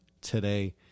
today